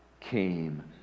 Came